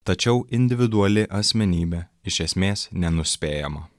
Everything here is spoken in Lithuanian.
tačiau individuali asmenybė iš esmės nenuspėjama